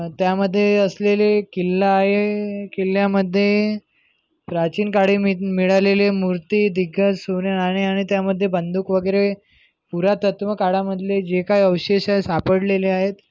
त्यामध्ये असलेले किल्ला आहे किल्ल्यामध्ये प्राचीनकाळी मिळ मिळालेले मूर्ती दिग्गज् सोने नाणे आणि त्यामध्ये बंदूक वगैरे पुरातत्व काळामधले जे काय अवशेष सापडलेले आहेत